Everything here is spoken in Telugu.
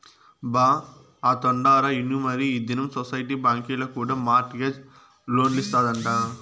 బా, ఆ తండోరా ఇనుమరీ ఈ దినం సొసైటీ బాంకీల కూడా మార్ట్ గేజ్ లోన్లిస్తాదంట